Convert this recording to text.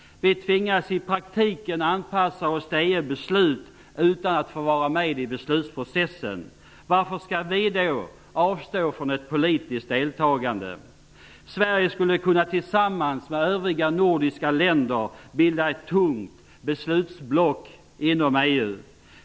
Vi tvingas i praktiken anpassa oss till EU-beslut utan att få vara med i beslutsprocessen. Varför skall vi då avstå från ett politiskt deltagande? Sverige skulle tillsammans med övriga nordiska länder kunna bilda ett tungt beslutsblock inom EU.